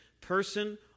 person